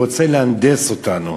הוא רוצה להנדס אותנו,